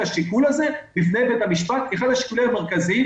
השיקול הזה בפני בית המשפט כאחד השיקולים המרכזיים.